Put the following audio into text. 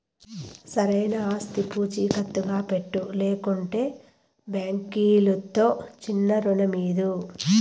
సరైన ఆస్తి పూచీకత్తుగా పెట్టు, లేకంటే బాంకీలుతో చిన్నా రుణమీదు